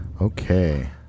Okay